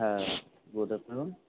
হ্যাঁ good afternoon